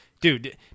dude